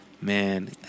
Man